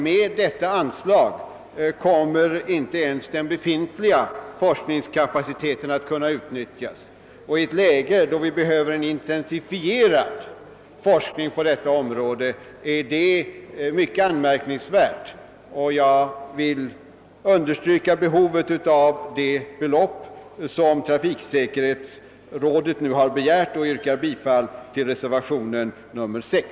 Med detta anslag torde in te ens den befintliga forskningskapaciteten kunna utnyttjas, och i ett läge då vi behöver en intensifierad forskning på det här området är detta mycket anmärkningsvärt. Jag vill understryka behovet av det belopp som trafiksäkerhetsrådet begär och yrkar bifall till reservationen nr 6.